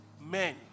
men